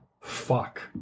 Fuck